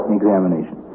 examination